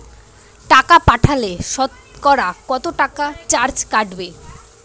টাকা পাঠালে সতকরা কত টাকা চার্জ কাটবে?